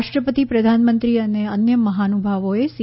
રાષ્ટ્રપતિ પ્રધાનમંત્રી અને અન્ય મહાનુભાવોએ સી